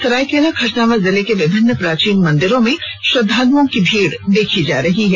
सरायकेला खरसावां जिले के विभिन्न प्राचीन मंदिरों में श्रद्वालुओं की भीड़ देखी जा रही हैं